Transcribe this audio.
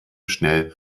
schnell